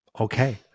Okay